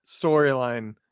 storyline